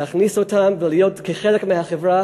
להכניס אותם להיות חלק מהחברה,